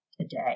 today